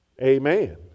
Amen